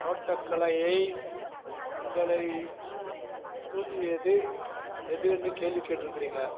தோட்டக்கலையை உங்களை தூண்டியது எதுன்னு கேள்வி கேட்டிருக்கிறிங்க